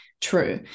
true